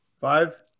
Five